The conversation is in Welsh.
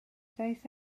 daeth